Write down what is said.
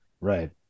Right